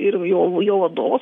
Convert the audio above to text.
ir jo jo vadovas